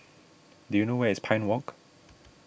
do you know where is Pine Walk